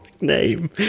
name